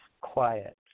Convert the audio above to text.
quiet